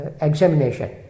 examination